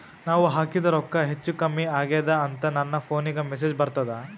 ನಾವ ಹಾಕಿದ ರೊಕ್ಕ ಹೆಚ್ಚು, ಕಮ್ಮಿ ಆಗೆದ ಅಂತ ನನ ಫೋನಿಗ ಮೆಸೇಜ್ ಬರ್ತದ?